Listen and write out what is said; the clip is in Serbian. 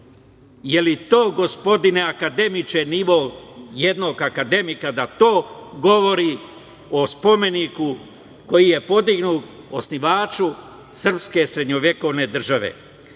li to, gospodine akademiče, nivo jednog akademika, da to govori o spomeniku koji je podignut osnivaču srpske srednjovekovne države? Moralna